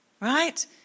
Right